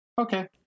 Okay